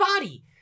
body